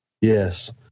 Yes